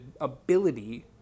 ability